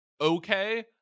okay